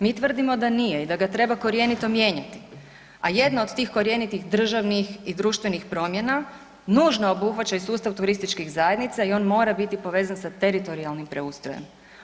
Mi tvrdimo da nije i da ga treba korjenito mijenjati, a jedna od tih korjenitih i državnih i društvenih promjena nužno obuhvaća i sustav turističkih zajednica i on mora biti povezan sa teritorijalnim preustrojem.